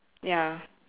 ya